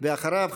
ואחריו,